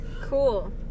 Cool